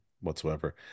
whatsoever